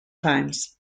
times